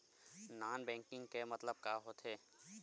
Non banking के मतलब का होथे?